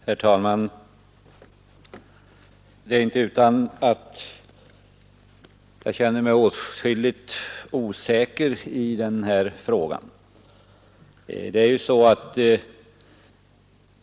Herr talman! Det är inte utan att jag känner mig åtskilligt osäker i denna fråga.